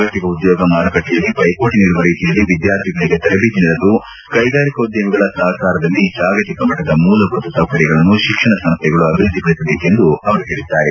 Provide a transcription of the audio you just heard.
ಜಾಗತಿಕ ಉದ್ಯೋಗ ಮಾರುಕಟ್ಟೆಯಲ್ಲಿ ಪೈಮೋಟಿ ನೀಡುವ ರೀತಿಯಲ್ಲಿ ವಿದ್ಯಾರ್ಥಿಗಳಿಗೆ ತರಬೇತಿ ನೀಡಲು ಕ್ಟೆಗಾರಿಕೋದ್ದಮಿಗಳ ಸಹಕಾರದಲ್ಲಿ ಜಾಗತಿಕ ಮಟ್ಟದ ಮೂಲಭೂತ ಸೌಕರ್ಯಗಳನ್ನು ಶಿಕ್ಷಣ ಸಂಸ್ವೆಗಳು ಅಭಿವ್ವದ್ಲಿಪಡಿಸಬೇಕೆಂದು ಅವರು ಹೇಳಿದ್ದಾರೆ